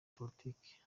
politiki